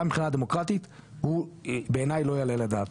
גם מבחינה דמוקרטית הוא בעיני לא יעלה לדעת.